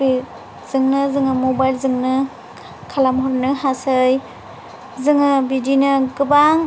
बेजोंनो जों मबाइलजोंनो खालामहरनो हासै जोंहा बिदिनो गोबां